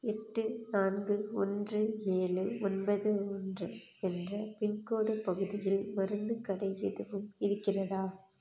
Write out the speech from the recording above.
எட்டு நான்கு ஒன்று ஏழு ஒன்பது ஒன்று என்ற பின்கோடு பகுதியில் மருந்துக் கடை எதுவும் இருக்கிறதா